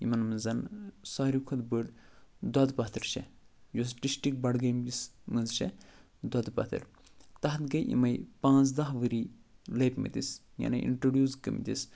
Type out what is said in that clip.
یِمَن منٛز سارِوی کھۄتہٕ بٔڑۍ دۄد پتھر چھےٚ یۄس ڈِسٹرک بٔڑٕگٲمِس منٛز چھےٚ دۄدٕ پتھر تَتھ گٔے یِمٕے پانٛژھ دہ ؤری لٔبۍ مٔتِس یعنی اِنٹرڈوٗس گٔمتِس